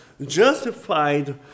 justified